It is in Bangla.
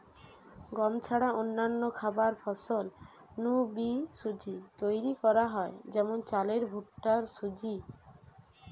গম ছাড়া অন্যান্য খাবার ফসল নু বি সুজি তৈরি করা হয় যেমন চালের ভুট্টার সুজি